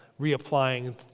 reapplying